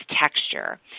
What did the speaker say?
texture